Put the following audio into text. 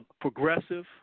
progressive